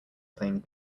playing